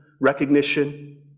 recognition